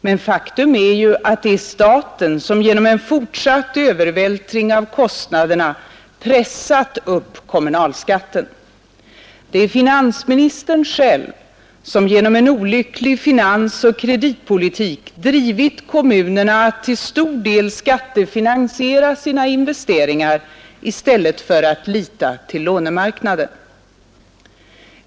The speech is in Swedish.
Men faktum är ju att det är staten, som genom en fortsatt övervältring av kostnaderna pressat upp kommunalskatten. Det är finansministern själv som genom en olycklig finansoch kreditpolitik drivit kommunerna att till stor del skattefinansiera sina investeringar i stället för att lita till lånemarknaden.